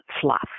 fluff